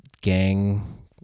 gang